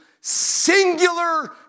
Singular